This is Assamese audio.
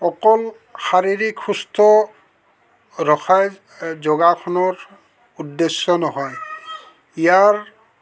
অকল শাৰীৰিক সুস্থ ৰখাই যোগাসনৰ উদ্দেশ্য নহয় ইয়াৰ